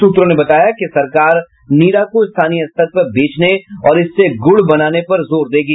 सूत्रों ने बताया कि सरकार नीरा को स्थानीय स्तर पर बेचने और इससे गुड़ बनाने पर जोर देगी